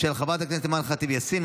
של חברי הכנסת אימאן ח'טיב יאסין,